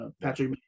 patrick